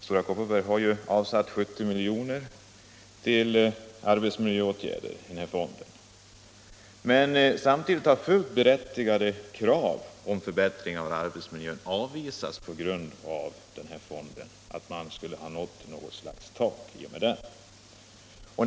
Stora Kopparberg har avsatt 70 milj.kr. till arbetsmiljöfonden. Fullt berättigade krav på förbättringar av arbetsmiljön har avvisats på grund av att man har nått något slags tak i och med denna fond.